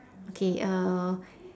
okay uh